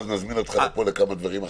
ואז נזמין אותך לפה לכמה דברים אחרים.